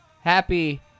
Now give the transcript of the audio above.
Happy